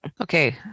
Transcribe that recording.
Okay